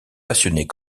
passionnés